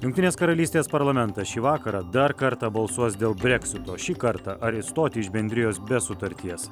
jungtinės karalystės parlamentas šį vakarą dar kartą balsuos dėl breksito šį kartą ar išstoti iš bendrijos be sutarties